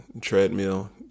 treadmill